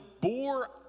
bore